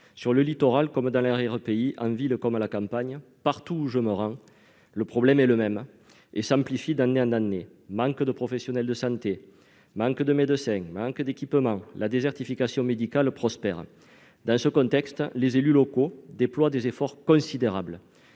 Sur le littoral, comme dans l'arrière-pays, en ville comme à la campagne, partout où je me rends, le problème est le même et il s'aggrave d'année en année : nous manquons de professionnels de santé, en particulier de médecins, et d'équipements. La désertification médicale prospère ! Dans ce contexte, les élus locaux déploient des efforts considérables